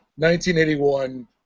1981